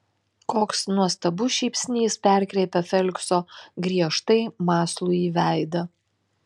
koks nuostabus šypsnys perkreipia felikso griežtai mąslųjį veidą